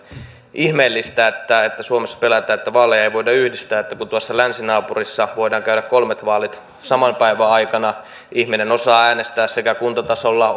ihmeellistä että kun suomessa pelätään että vaaleja ei voida yhdistää niin tuossa länsinaapurissa voidaan käydä kolmet vaalit saman päivän aikana ihminen osaa äänestää sekä kuntatasolla